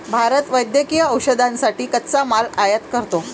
भारत वैद्यकीय औषधांसाठी कच्चा माल आयात करतो